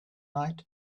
night